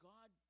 God